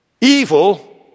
evil